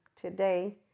today